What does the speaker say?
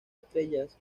estrellas